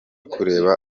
kureba